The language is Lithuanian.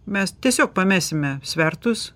mes tiesiog pamesime svertus